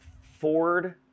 Ford